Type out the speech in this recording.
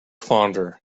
fonder